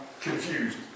confused